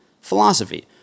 philosophy